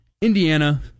Indiana